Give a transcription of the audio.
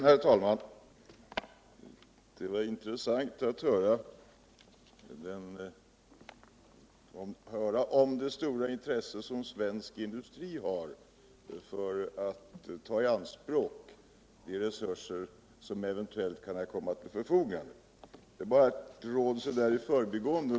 Herr talman! Det var intressant att höra om det stora intresse som svensk industri har för att ta i anspråk de resurser som eventuellt kan komma att ställas till förfogande. Får jag ge ct råd så där i förbigående.